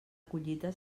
collita